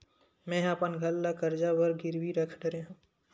मेहा अपन घर ला कर्जा बर गिरवी रख डरे हव